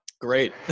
great